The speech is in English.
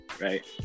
right